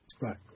Right